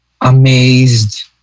amazed